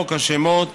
בחוק השמות,